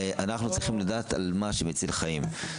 אנחנו צריכים לדעת על מה שמציל חיים.